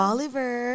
Oliver